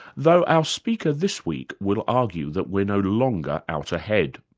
though our speaker this week will argue that we're no longer out ahead.